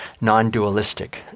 non-dualistic